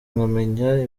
nkamenya